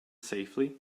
safely